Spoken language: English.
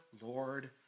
Lord